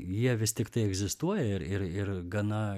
jie vis tiktai egzistuoja ir ir ir gana